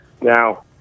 Now